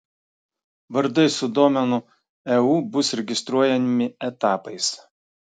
vardai su domenu eu bus registruojami etapais